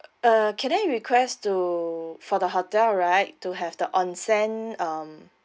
uh can I request to for the hotel right to have the onsen um